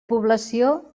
població